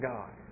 God